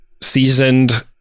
seasoned